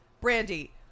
Brandy